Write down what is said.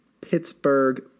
Pittsburgh